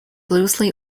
loosely